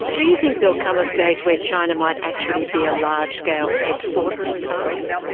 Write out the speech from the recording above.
do you think there will come a stage where china might actually be a large-scale exporter of cars?